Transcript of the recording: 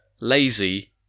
lazy